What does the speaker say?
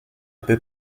peu